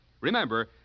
Remember